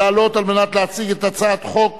וישי, אבל שומע כל מלה שאתה אומר לו.